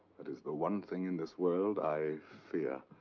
it is the one thing in this world i fear.